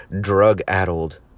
drug-addled